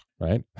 right